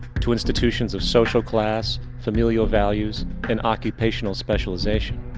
to institutions of social class, familiar values, and occupational specialization.